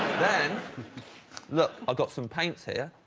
then look, i've got some paints here,